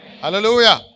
Hallelujah